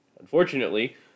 Unfortunately